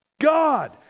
God